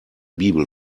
bibel